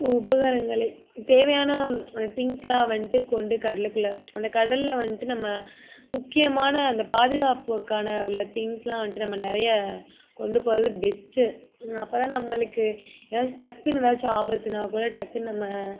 உபகாரங்களை தேவையான திங்க்ஸுலாம் வந்துட்டு கொண்டு கடலுக்குள்ளே அந்த கடலில் வந்துட்டு நம்ம முக்கியமான அந்த பாதுகாப்புக்கான உள்ள திங்க்ஸுலாம் வந்துட்டு நம்ம நிறைய கொண்டு போகிறது பெஸ்ட்டு அப்போ தான் நம்மளுக்கு ஏதாச்சும் டக்குன்னு ஏதாச்சும் ஆபத்துனா கூட டக்குன்னு நம்ம